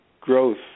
growth